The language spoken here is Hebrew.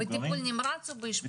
בטיפול נמרץ או באשפוז כללי?